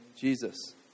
Jesus